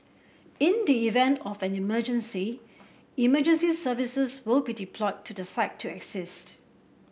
in the event of an emergency emergency services will be deployed to the site to assist